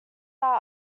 our